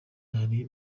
hari